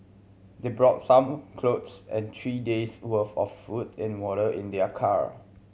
they brought some cloth and three day's worth of food and water in their car